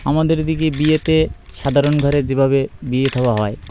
আমাদের দিকে বিয়েতে সাধারণ ঘরে যেভাবে বিয়ে থা হয়